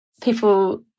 people